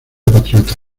patriota